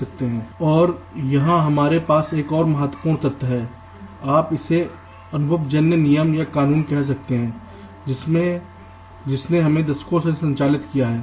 और यहां हमारे पास एक और बहुत महत्वपूर्ण तथ्य है आप इसे अनुभवजन्य नियम या कानून कह सकते हैं जिसने हमें दशकों से संचालित किया है